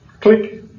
click